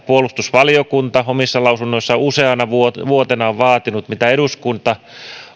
puolustusvaliokunta omissa lausunnoissaan usea na vuotena on vaatinut ja eduskunta